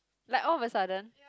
like all of a sudden